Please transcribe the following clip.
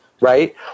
right